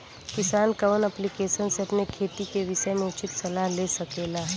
किसान कवन ऐप्लिकेशन से अपने खेती के विषय मे उचित सलाह ले सकेला?